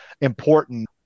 important